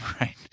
Right